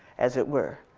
as it were.